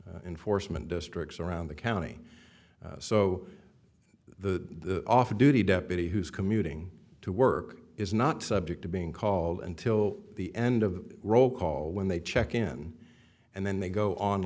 enforcement districts around the county so the off duty deputy who's commuting to work is not subject to being called until the end of the roll call when they check in and then they go on